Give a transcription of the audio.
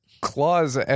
clause